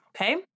okay